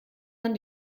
man